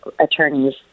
attorneys